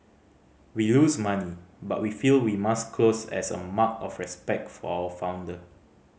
we lose money but we feel we must close as a mark of respect for our founder